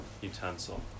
utensil